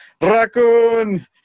raccoon